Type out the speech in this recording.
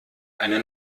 eine